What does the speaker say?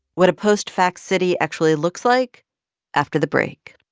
what a post-fact city actually looks like after the break